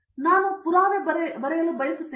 ಹಾಗಾಗಿ ನಾನು ಪುರಾವೆ ಬರೆಯಲು ಬಯಸುತ್ತೇನೆ